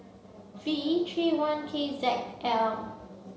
V three one K Z L